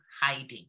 hiding